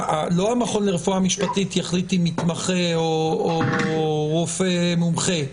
לא המכון לרפואה משפטית יחליט אם מתמחה או רופא מומחה.